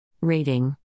Rating